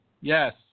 Yes